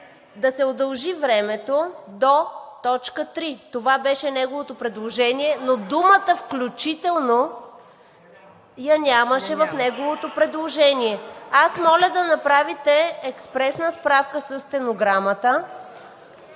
да се удължи времето до точка три – това беше неговото предложение, но думата „включително“ я нямаше в неговото предложение. Аз моля да направите експресна справка със стенограмата,